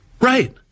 Right